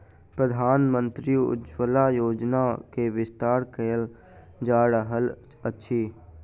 प्रधानमंत्री उज्ज्वला योजना के विस्तार कयल जा रहल अछि